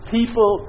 People